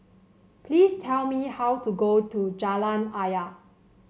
please tell me how to go to Jalan Ayer